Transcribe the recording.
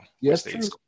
yes